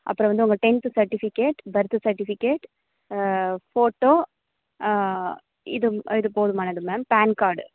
அப்புறம் வந்து உங்கள் tenth certificate birth certificate photo இது இது போதுமானது மேம் பேன் கார்டு